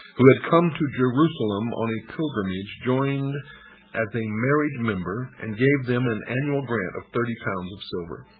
who had come to jerusalem on a pilgrimage, joined as a married member and gave them an annual grant of thirty pounds of silver.